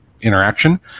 interaction